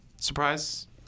Surprise